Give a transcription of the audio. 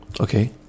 Okay